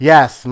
Yes